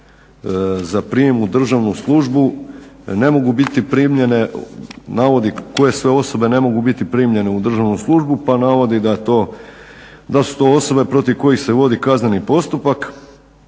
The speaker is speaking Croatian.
za prijem u državnu službu ne mogu biti primljene navodi koje sve osobe ne mogu biti primljene u državnu službu, pa navodi da su to osobe protiv kojih se vodi kazneni postupak